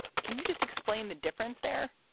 can you just explain the difference there?